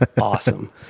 awesome